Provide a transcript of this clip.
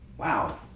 wow